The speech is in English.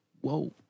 whoa